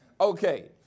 Okay